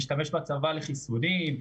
להשתמש בצבא לחיסונים,